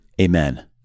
Amen